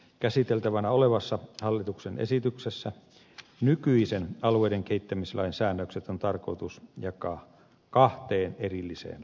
käsiteltävänä olevassa hallituksen esityksessä nykyisen alueiden kehittämislain säännökset on tarkoitus jakaa kahteen erilliseen lakiin